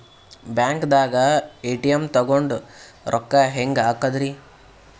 ಬ್ಯಾಂಕ್ದಾಗ ಎ.ಟಿ.ಎಂ ತಗೊಂಡ್ ರೊಕ್ಕ ಹೆಂಗ್ ಹಾಕದ್ರಿ?